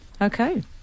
Okay